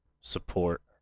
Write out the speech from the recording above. support